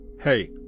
Hey